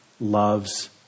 loves